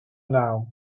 now